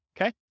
okay